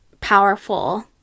powerful